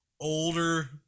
older